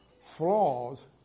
flaws